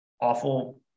awful